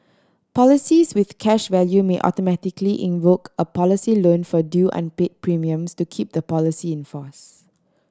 policies with cash value may automatically invoke a policy loan for due unpaid premiums to keep the policy in force